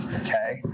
Okay